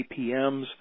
APMs